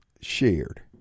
shared